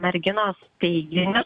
merginos teiginius